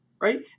right